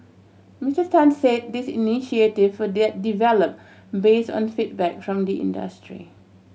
Mister Tan said these initiative were develop base on feedback from the industry